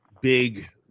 big